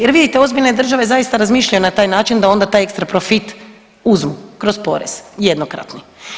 Jer vidite, ozbiljne države zaista razmišljaju na taj način da onda taj ekstra profit uzmu kroz porez jednokratni.